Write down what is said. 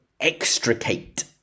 extricate